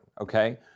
okay